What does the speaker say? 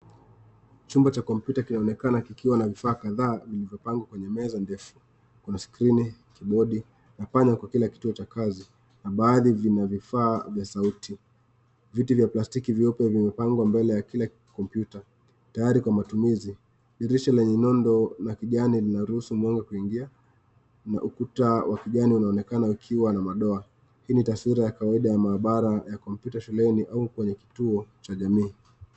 Chumba cha kompyuta kinaonekana kikiwa na vifaa kadhaa vilivyopangwa kwenye meza ndefu. Kuna skrini, kibodi na panya kwa kila kituo cha kazi na baadhi vina vifaa vya sauti. Viti vya plastiki vyeupe vimepangwa mbele ya kila kompyuta. Tayari kwa matumizi. Dirisha lenye nondo na kijani linaruhusu mwanga kuingia. Na ukuta wa kijani unaonekana ukiwa na madoa. Hii ni taswira ya kawaida ya maabara ya kompyuta shuleni au kwenye kituo cha jamii.